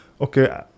Okay